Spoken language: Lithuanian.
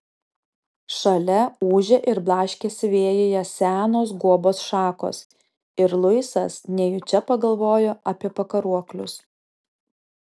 šalia ūžė ir blaškėsi vėjyje senos guobos šakos ir luisas nejučia pagalvojo apie pakaruoklius